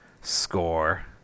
score